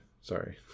sorry